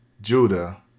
Judah